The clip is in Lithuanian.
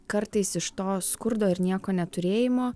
kartais iš to skurdo ir nieko neturėjimo